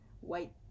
white